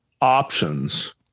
options